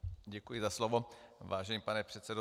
Děkuji za slovo, vážený pane předsedo.